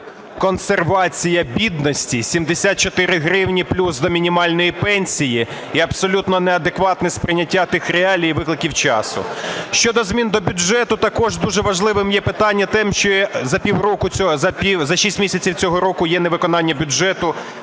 консервація бідності. 74 гривні плюс до мінімальної пенсії і абсолютне неадекватне сприйняття тих реалій і викликів часу. Щодо змін до бюджету. Також дуже важливим є питання, що за шість місяців цього року є невиконання бюджету